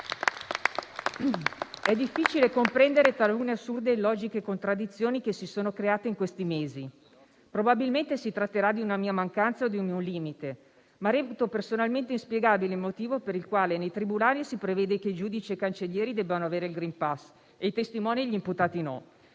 È difficile comprendere talune, assurde, illogiche contraddizioni che si sono create in questi mesi. Probabilmente si tratterà di una mia mancanza o di un mio limite, ma reputo personalmente inspiegabile il motivo per il quale nei tribunali si prevede che il giudice e i cancellieri debbano avere il *green pass* e i testimoni e gli imputati no.